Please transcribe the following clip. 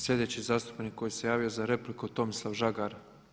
Sljedeći zastupnik koji se javio za repliku Tomislav Žagar.